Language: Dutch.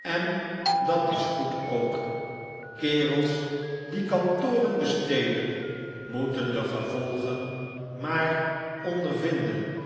en dat is goed ook kerels die kantoren beslechtb tijden stelen moeten de gevolgen maar ondervinden